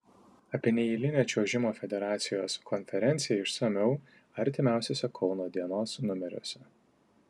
apie neeilinę čiuožimo federacijos konferenciją išsamiau artimiausiuose kauno dienos numeriuose